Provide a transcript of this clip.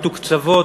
מתוקצבות,